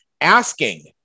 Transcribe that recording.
asking